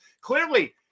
clearly